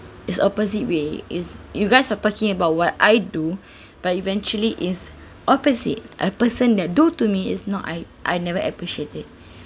it's opposite way is you guys are talking about what I do but eventually is opposite a person that do to me is not I I never appreciate it